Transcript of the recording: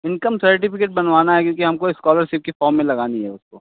income certificate बनवाना है क्योंकि हमको स्कालरशिप की फॉर्म में लगानी है उसको